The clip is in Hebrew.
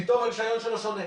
פתאום הרישיון שלו שונה.